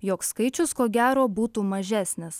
jog skaičius ko gero būtų mažesnis